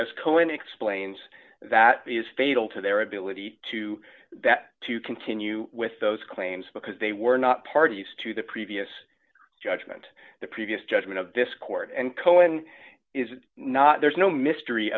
as cohen explains that is fatal to their ability to that to continue with those claims because they were not parties to the previous judgment the previous judgment of discord and cohen is not there's no mystery